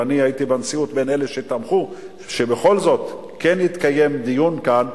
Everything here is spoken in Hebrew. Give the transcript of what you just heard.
ואני הייתי במציאות בין אלה שתמכו שבכל זאת יתקיים דיון כאן,